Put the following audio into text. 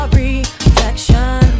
reflection